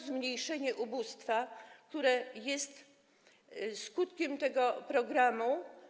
Zmniejszenie ubóstwa jest skutkiem tego programu.